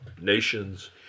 nations